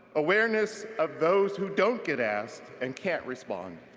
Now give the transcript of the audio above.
awareness of those who don't get asked and can't respond.